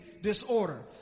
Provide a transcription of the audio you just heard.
disorder